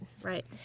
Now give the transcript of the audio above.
Right